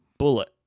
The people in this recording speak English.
Bullet